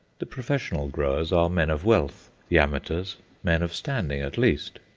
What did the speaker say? the professional growers are men of wealth, the amateurs men of standing at least.